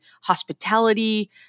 hospitality